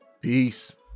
Peace